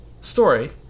story